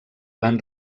van